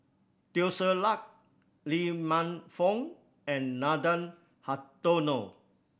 Teo Ser Luck Lee Man Fong and Nathan Hartono